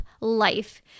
life